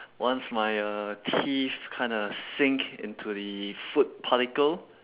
once my uh teeth kinda sink into the food particle